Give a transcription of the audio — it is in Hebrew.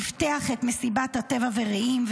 אבטח את מסיבת הטבע ברעים,